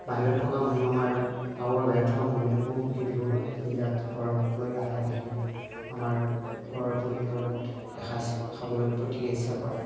বাহিৰত থকা মানুহ আমাৰ গাঁৱৰ বাহিৰত থকা মানুহবিলাকো এই বিহুৰ তিনিটাত ঘৰলৈ আহে আহি আমাৰ ঘৰৰ পৰিয়ালৰ লগত এসাঁজ খাবলৈ প্ৰত্যেকেই ইচ্ছা কৰে